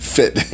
fit